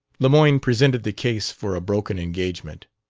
lemoyne presented the case for a broken engagement.